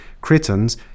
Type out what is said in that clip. Cretans